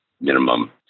minimum